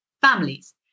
families